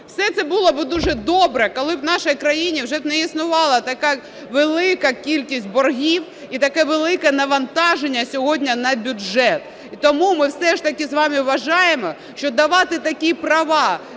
Все це було б дуже добре, коли б у нашій країні вже не існувала така велика кількість боргів і таке велике навантаження сьогодні на бюджет. І тому ми все ж таки з вами вважаємо, що давати такі права